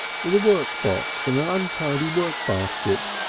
with a workbox and an untidy work-basket,